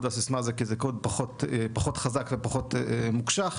והסיסמה כי זה קוד פחות חזק ופחות מוקשח,